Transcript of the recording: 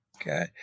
Okay